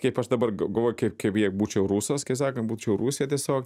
kaip aš dabar galvoju kaip kaip jei būčiau rusas kaip sakant būčiau rusija tiesiog